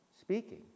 Speaking